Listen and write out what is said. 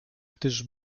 gdyż